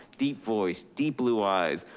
deep voice, deep blue eyes,